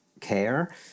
care